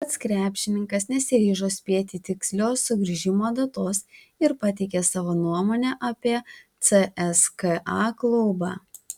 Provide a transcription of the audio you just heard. pats krepšininkas nesiryžo spėti tikslios sugrįžimo datos ir pateikė savo nuomonę apie cska klubą